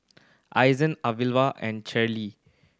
Iza Alvia and Cherryl